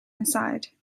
inside